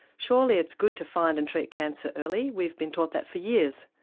surely it's good to find and treat cancer early, we've been taught that for years.